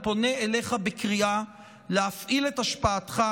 אני פונה אליך בקריאה להפעיל את השפעתך,